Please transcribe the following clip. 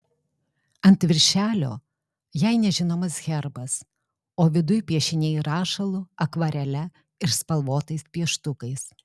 ant viršelio jai nežinomas herbas o viduj piešiniai rašalu akvarele ir spalvotais pieštukais